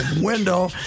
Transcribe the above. window